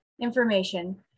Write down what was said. information